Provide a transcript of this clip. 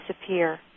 disappear